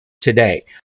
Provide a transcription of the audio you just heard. today